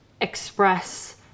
express